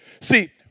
See